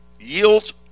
Yields